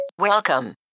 Welcome